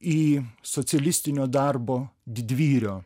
į socialistinio darbo didvyrio